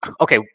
okay